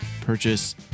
purchase